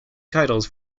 titles